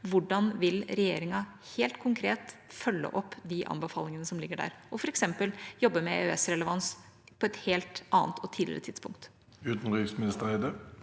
hvordan vil regjeringa – helt konkret – følge opp de anbefalingene som ligger der og f.eks. jobbe med EØS-relevans på et helt annet og tidligere tidspunkt? Utenriksminister Espen